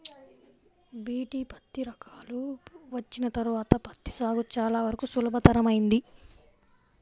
BT పత్తి రకాలు వచ్చిన తర్వాత పత్తి సాగు చాలా వరకు సులభతరమైంది